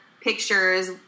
pictures